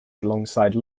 alongside